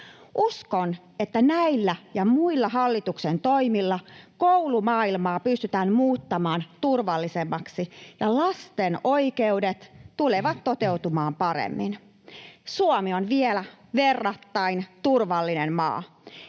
Uskon, että näillä ja muilla hallituksen toimilla koulumaailmaa pystytään muuttamaan turvallisemmaksi ja lasten oikeudet tulevat toteutumaan paremmin. Suomi on vielä verrattain turvallinen maa.